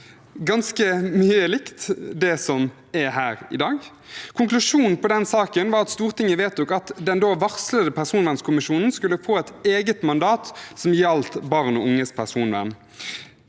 Ganske mye er likt det som er her i dag. Konklusjonen på den saken var at Stortinget vedtok at den da varslede personvernkommisjonen skulle få et eget mandat som gjaldt barn og unges personvern.